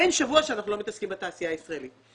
אין שבוע שאנחנו לא מתעסקים בתעשייה הישראלית.